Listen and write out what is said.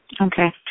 Okay